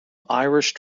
irish